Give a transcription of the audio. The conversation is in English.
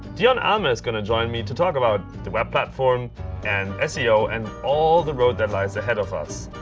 dion almaer um is going to join me to talk about the web platform and seo, and all the road that lies ahead of us.